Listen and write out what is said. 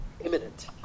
imminent